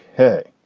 hey.